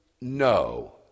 no